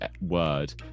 word